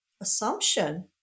assumption